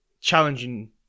challenging